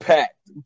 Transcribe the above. packed